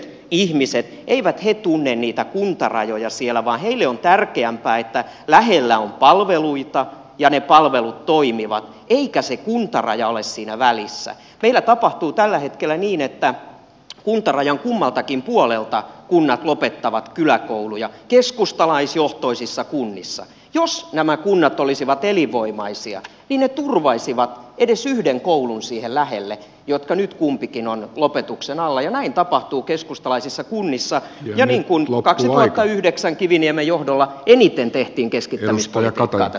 ihmiset eivät he tunne niitä kuntarajoja siellä vaan hiili on tärkeämpää että lähellä palveluita ja ne palvelut toimiva eikä se kuntaraja ole siinä välissä vielä tapahtuu tällä hetkellä niin että kuntarajan kummaltakin puolelta kunnat lopettavat kyläkouluja keskustalaisjohtoisissa kunnissa jos nämä kunnat olisivat elinvoimaisia pineturvaisivat edes yhden koulun siihen lähelle jotka nyt kumpikin on lopetuksen alla ja näin tapahtuu keskustalaisissa kunnissa vieläkin kun kaksituhattayhdeksän kiviniemen johdolla eniten tehtiin keski oja pelätä